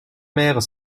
mères